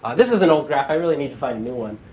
this is an old graph. i really need to find new one.